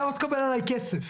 אתה לא תקבל עליי כסף.